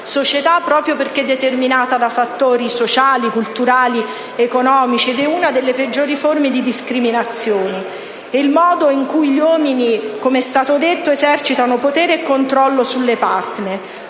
società, proprio perché è determinata da fattori sociali, culturali ed economici, ed è una delle peggiori forme di discriminazione. È il modo con il quale gli uomini - come è stato detto - esercitano potere e controllo sulle *partner*: